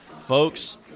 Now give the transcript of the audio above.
Folks